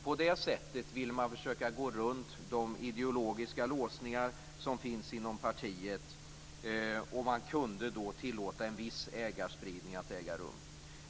På det sättet ville man försöka gå runt de ideologiska låsningar som finns inom partiet. Då kunde man tillåta att en viss ägarspridning skedde.